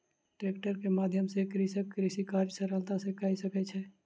tractor के माध्यम सॅ कृषक कृषि कार्य सरलता सॅ कय सकै छै